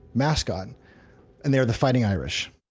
mascot and they're the fighting irish